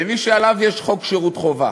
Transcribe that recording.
למי שעליו יש חוק שירות חובה,